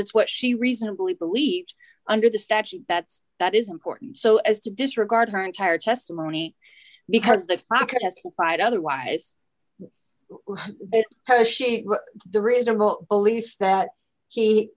it's what she reasonably believed under the statute that's that is important so as to disregard her entire testimony because the rocket has to fight otherwise it's the reasonable belief that he